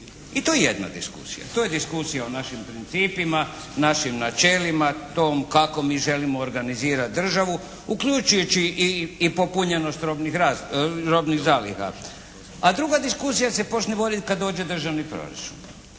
I to je jedna diskusija. To je diskusija o našim principima, našim načelima, tom kako mi želimo organizirati državu, uključujući i popunjenost robnih zaliha. A druga diskusija se počne voditi kad dođe državni proračun.